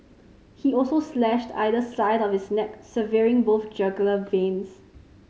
he also slashed either side of his neck severing both jugular veins